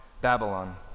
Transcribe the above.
Babylon